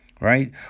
Right